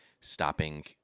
stopping